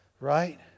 Right